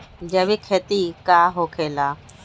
जैविक खेती का होखे ला?